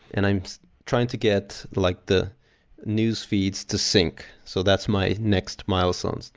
and i'm trying to get like the newsfeeds to sync. so that's my next milestone, so